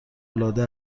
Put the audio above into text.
العاده